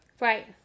Right